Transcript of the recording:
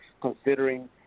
considering